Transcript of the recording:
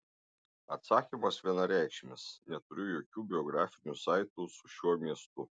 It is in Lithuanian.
atsakymas vienareikšmis neturiu jokių biografinių saitų su šiuo miestu